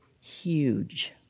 huge